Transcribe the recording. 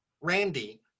Randy